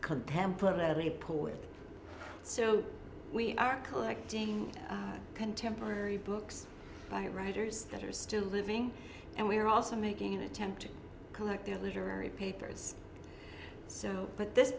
contemporary poured so we are collecting contemporary books by writers that are still living and we are also making an attempt to collect their literary papers so but this